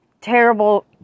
terrible